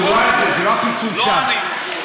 לא לעניים.